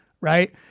Right